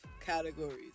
categories